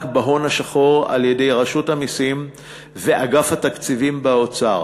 בהון השחור על-ידי רשות המסים ואגף התקציבים באוצר.